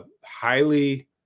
highly